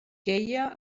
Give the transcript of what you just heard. queia